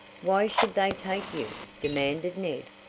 why should they take you? demanded ned.